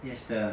yes 的